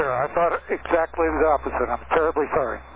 i thought exactly the opposite, i'm terribly sorry.